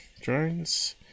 drones